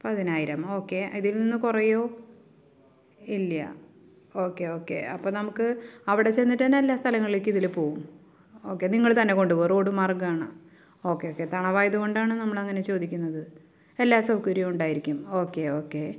പതിനായിരം ഓക്കെ ഇതിൽനിന്ന് കുറയുമോ ഇല്ല്യ ഓക്കെ ഓക്കെ അപ്പം നമുക്ക് അവിടെ ചെന്നിട്ടു തന്നെ എല്ലാ സ്ഥലങ്ങളിലേക്കിതിൽ പോകും ഓക്കെ നിങ്ങൾ തന്നെ കൊണ്ടുപോകും റോഡ് മാർഗ്ഗമാണ് ഓക്കെ ഓക്കെ തണവായത് കൊണ്ടാണ് നമ്മളങ്ങനെ ചോദിക്കുന്നത് എല്ലാ സൗകര്യമുണ്ടായിരിക്കും ഓക്കെ ഓക്കെ